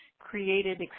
created